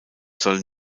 sollen